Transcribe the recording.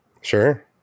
Sure